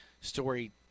story